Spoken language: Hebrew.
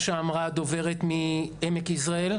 חברת הכנסת יסמין פרידמן,